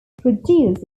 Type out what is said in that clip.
produced